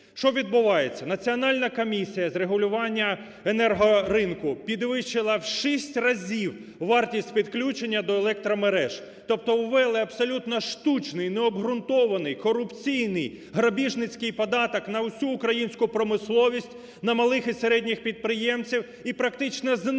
Що відбувається? Національна комісія з регулювання енергоринку підвищила в шість разів вартість підключення до електромереж, тобто ввели абсолютно штучний, необґрунтований, корупційний, грабіжницький податок на всю українську промисловість, на малих і середніх підприємців і практично знищили